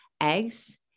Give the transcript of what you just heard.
eggs